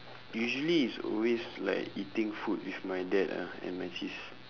usually it's always like eating food with my dad ah and my sis